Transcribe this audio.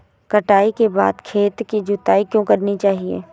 कटाई के बाद खेत की जुताई क्यो करनी चाहिए?